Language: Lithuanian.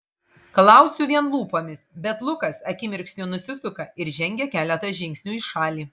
klausiu vien lūpomis bet lukas akimirksniu nusisuka ir žengia keletą žingsnių į šalį